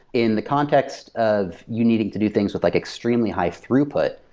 in the context of you needing to do things with like extremely high throughput,